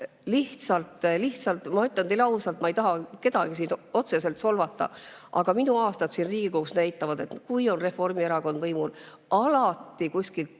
äärmiselt halb. Ma ütlen teile ausalt, kuigi ma ei taha kedagi siin otseselt solvata, aga minu aastad siin Riigikogus näitavad, et kui on Reformierakond võimul, siis alati kuskil